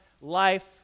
life